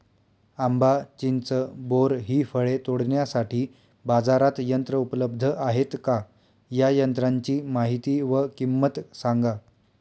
आंबा, चिंच, बोर हि फळे तोडण्यासाठी बाजारात यंत्र उपलब्ध आहेत का? या यंत्रांची माहिती व किंमत सांगा?